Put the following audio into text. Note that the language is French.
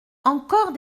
encore